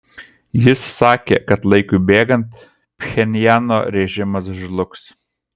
jis sakė kad laikui bėgant pchenjano režimas žlugs